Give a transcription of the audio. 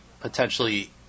potentially